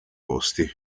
posti